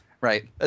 Right